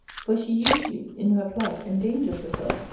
for she usually in her flight endangers herself,